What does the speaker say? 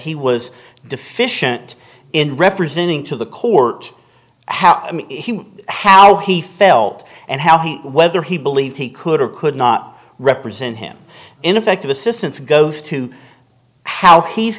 he was deficient in representing to the court how i mean how he felt and how he whether he believed he could or could not represent him ineffective assistance goes to how he's